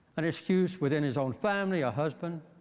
an excuse within his own family, a husband,